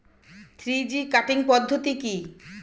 Three G cutting পদ্ধতি কি?